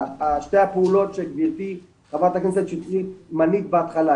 שתי הפעולות שגברתי ח"כ שטרית מנית בהתחלה,